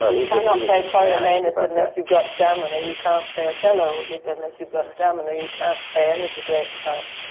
ah you can not play coriolanus unless you've got stamina. you can't play othello unless you've got stamina. you can't play any of the great parts.